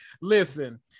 listen